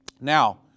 Now